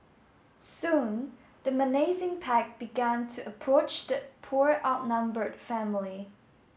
soon the menacing pack began to approach the poor outnumbered family